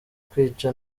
kwica